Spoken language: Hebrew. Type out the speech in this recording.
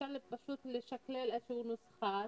אפשר לשקלל נוסחה